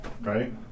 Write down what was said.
Right